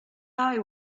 eye